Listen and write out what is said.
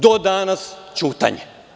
Do danas ćutanje.